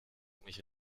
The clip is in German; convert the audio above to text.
mich